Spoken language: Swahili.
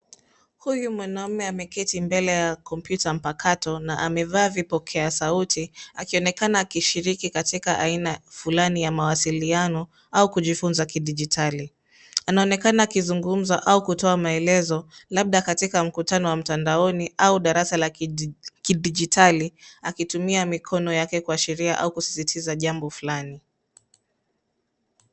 Huyu mwanume ameketi mbele ya kompyuta mpakato na amevaa vipokea sauti akionekana akishiriki katika aina fulani ya mawasiliano au kujifunza kijidijitali. Anaonekana akizugumza au kutoa maelezo labda katika mkutano wa mtandaoni au darasa la kidijitali akitumia mikono yake kuashiria au kusiaiatiza jambo fulani.